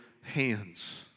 hands